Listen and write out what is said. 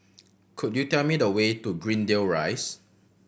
could you tell me the way to Greendale Rise